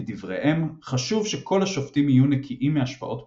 לדבריהם חשוב שכל השופטים יהיו נקיים מהשפעות פוליטיות.